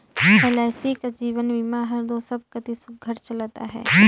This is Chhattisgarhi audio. एल.आई.सी कस जीवन बीमा हर दो सब कती सुग्घर चलत अहे